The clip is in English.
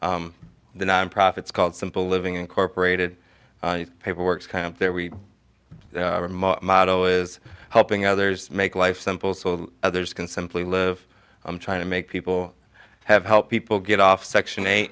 the nonprofits called simple living incorporated paperworks kind of their we motto is helping others make life simple so others can simply live i'm trying to make people have help people get off section eight